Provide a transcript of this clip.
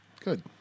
Good